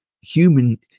human